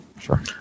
sure